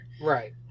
Right